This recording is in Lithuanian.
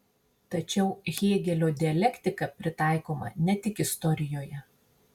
tačiau hėgelio dialektika pritaikoma ne tik istorijoje